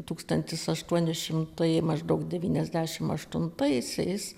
tūkstantis aštuoni šimtai maždaug devyniasdešimt aštuntaisiais